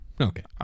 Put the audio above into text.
Okay